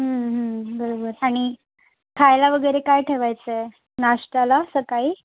बरोबर आणि खायला वगैरे काय ठेवायचं आहे नाश्त्याला सकाळी